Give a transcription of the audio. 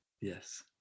Yes